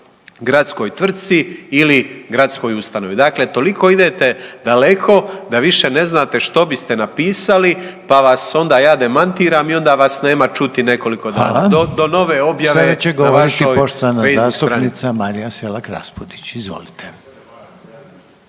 gradskoj tvrtci ili gradskoj ustanovi. Dakle, toliko idete daleko da više ne znate što biste napisali, pa vas onda ja demantiram i onda vas nema čuti nekoliko dana …/Upadica Reiner: Hvala./… do nove objave na vašoj